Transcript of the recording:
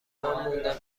موندم